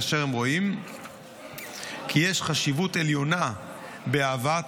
כאשר הם רואים כי יש חשיבות עליונה בהבאת